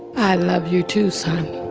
i love you too, son.